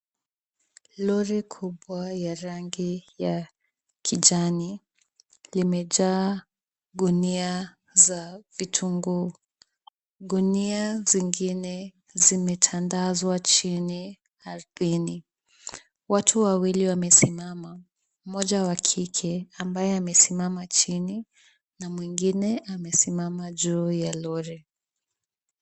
Lori kubwa ya rangi ya kijani limejaa gunia za vitunguu. Gunia zingine zimetandazwa chini ardhini. Watu wawili wamesimama. Mmoja wa kike ambaye amesimama chini na mwingine amesimama juu ya lori.